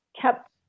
kept